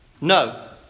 No